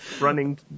Running